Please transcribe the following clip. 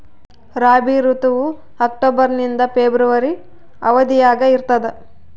ರಾಬಿ ಋತುವು ಅಕ್ಟೋಬರ್ ನಿಂದ ಫೆಬ್ರವರಿ ಅವಧಿಯಾಗ ಇರ್ತದ